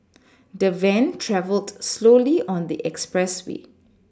the van travelled slowly on the expressway